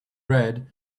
red